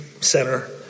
center